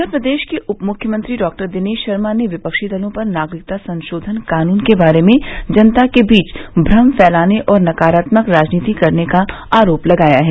उधर प्रदेश के उप मुख्यमंत्री डॉक्टर दिनेश शर्मा ने विपक्षी दलों पर नागरिकता संशोधन कानून के बारे में जनता के बीच भ्रम फैलाने और नकारात्मक राजनीति करने का आरोप लगाया है